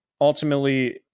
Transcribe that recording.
ultimately